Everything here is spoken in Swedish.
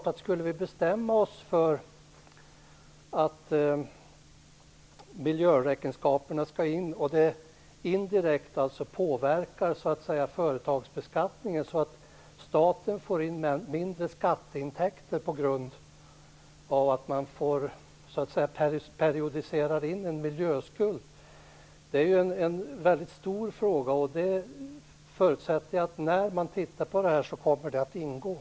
Om vi skulle bestämma oss för att miljöräkenskaperna skall tas in och detta indirekt påverkar företagsbeskattningen, så att staten får in mindre skatteintäkter på grund av en periodiserad miljöskuld, är det en väldigt stor fråga. Jag förutsätter att den frågan kommer att när man tittar på detta.